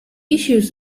issue